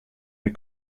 mes